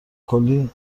کلی